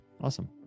Awesome